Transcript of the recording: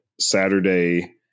Saturday